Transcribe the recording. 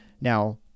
Now